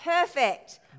Perfect